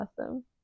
awesome